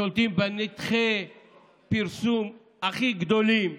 שולטים בנתחי פרסום הכי גדולים.